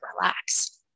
relax